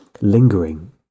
lingering